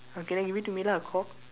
okay then give it to me lah cock